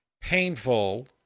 painful